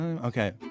Okay